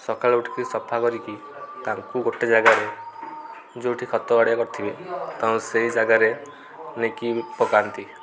ସକାଳୁ ଉଠିକି ସଫା କରିକି ତାଙ୍କୁ ଗୋଟେ ଜାଗାରେ ଯେଉଁଠି ଖତ ଗାଡ଼ିଆ କରିଥିବେ ତାଙ୍କୁ ସେଇ ଜାଗାରେ ନେଇକି ପକାନ୍ତି